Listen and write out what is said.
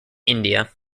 india